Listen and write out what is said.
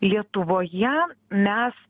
lietuvoje mes